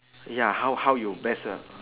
ya how how you best